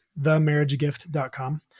themarriagegift.com